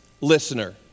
listener